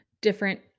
different